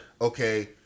okay